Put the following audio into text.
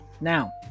now